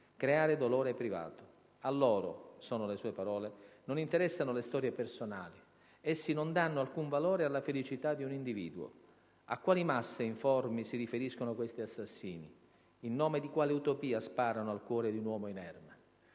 creare dolore privato". "A loro" (sono le sue parole) "non interessano le storie personali, essi non danno alcun valore alla felicità di un individuo. A quali masse informi si riferiscono questi assassini? In nome di quale utopia sparano al cuore di un uomo inerme?"